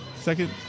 second